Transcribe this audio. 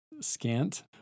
scant